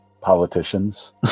politicians